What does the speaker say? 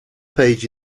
page